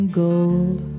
gold